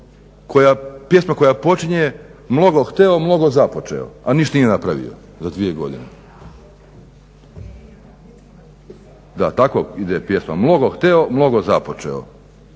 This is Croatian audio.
Pjesma koja počinje "Mnogo hteo, mnogo započeo", a ništa nije napravio za dvije godine. Da tak ide pjesma "Mnogo hteo, mnogo započeo".